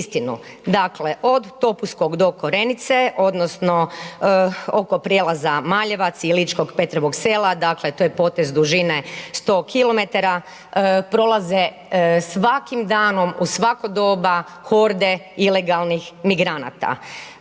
Dakle, od Topuskog do Korenice, odnosno oko prijelaza Maljevac i Ličkog Petrovog Sela, dakle, to je potez dužine 100 km, prolaze svakim danom u svako doba horde ilegalnih migranata.